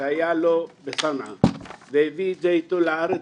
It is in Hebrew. שהיה לו בצנעא והביא את זה איתו לארץ